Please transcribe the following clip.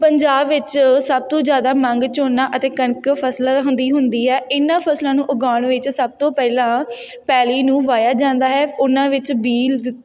ਪੰਜਾਬ ਵਿੱਚ ਸਭ ਤੋਂ ਜ਼ਿਆਦਾ ਮੰਗ ਝੋਨਾ ਅਤੇ ਕਣਕ ਫਸਲ ਹੁੰਦੀ ਹੁੰਦੀ ਹੈ ਇਹਨਾਂ ਫਸਲਾਂ ਨੂੰ ਉਗਾਉਣ ਵਿੱਚ ਸਭ ਤੋਂ ਪਹਿਲਾਂ ਪੈਲੀ ਨੂੰ ਵਾਹਿਆ ਜਾਂਦਾ ਹੈ ਉਹਨਾਂ ਵਿੱਚ ਬੀਜ